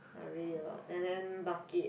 ah really a lot and then market